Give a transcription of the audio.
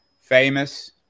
famous